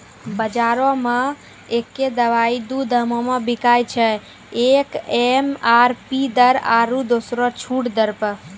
बजारो मे एक्कै दवाइ दू दामो मे बिकैय छै, एक एम.आर.पी दर आरु दोसरो छूट पर